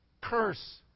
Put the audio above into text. curse